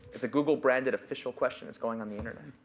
it's a google-branded official question. it's going on the internet.